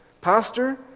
pastor